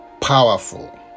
powerful